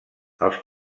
els